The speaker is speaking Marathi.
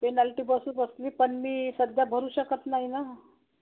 पेनाल्टी बसू बसली पण मी सध्या भरू शकत नाही ना